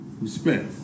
respect